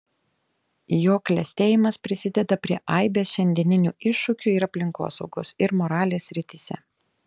jo klestėjimas prisideda prie aibės šiandienių iššūkių ir aplinkosaugos ir moralės srityse